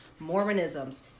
mormonisms